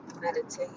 meditate